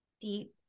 deep